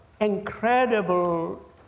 incredible